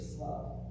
love